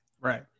Right